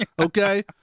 Okay